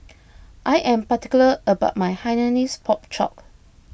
I am particular about my Hainanese Pork Chop